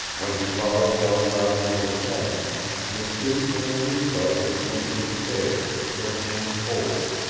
when he followed jolly roger into the cabin mistoos and the leaf bud were seated in chairs, their hands folded,